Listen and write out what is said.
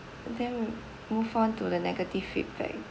and then we move on to the negative feedback